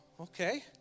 Okay